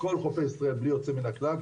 בלי יוצא מן הכלל,